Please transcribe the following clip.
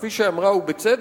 כפי שאמרה, ובצדק,